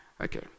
Okay